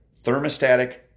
thermostatic